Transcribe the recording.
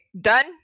Done